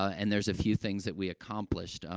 and there's a few things that we accomplished. um,